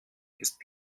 ist